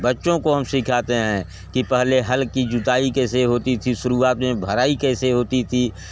बच्चों को हम सीखते हैं कि पहले हल की जुताई कैसे होती थी शुरुआत मे भराई कैसे होती थी